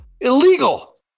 Illegal